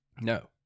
No